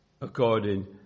according